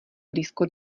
blízko